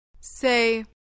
Say